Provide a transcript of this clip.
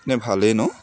নে ভালেই ন